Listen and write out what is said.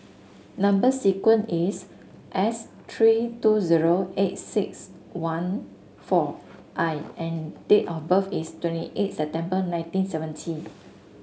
number sequence is S three two zero eight six one four I and date of birth is twenty eight September nineteen seventy